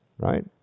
Right